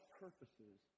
purposes